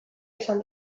esan